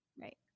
Right